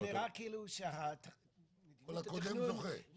כל הקודם זוכה.